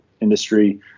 industry